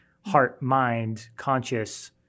heart-mind-conscious